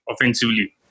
offensively